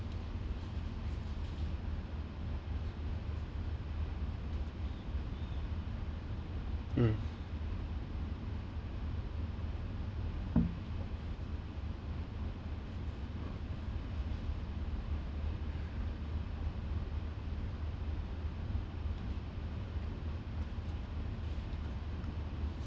mm